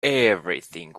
everything